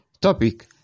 Topic